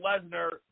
Lesnar